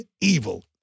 evil